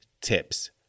tips